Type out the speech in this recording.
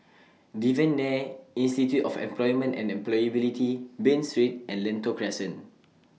Devan Nair Institute of Employment and Employability Bain Street and Lentor Crescent